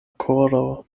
koro